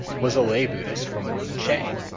was a lay buddhist from wuchang.